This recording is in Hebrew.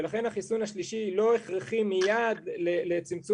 ולכן החיסון השלישי לא הכרחי מיד לצמצום